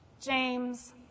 James